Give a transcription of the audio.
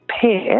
pair